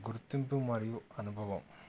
గుర్తింపు మరియు అనుభవం